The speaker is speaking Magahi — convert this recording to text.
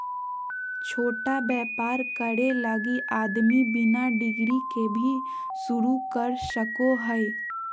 छोटा व्यापर करे लगी आदमी बिना डिग्री के भी शरू कर सको हइ